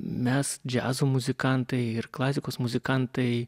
mes džiazo muzikantai ir klasikos muzikantai